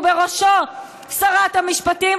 ובראשו שרת המשפטים,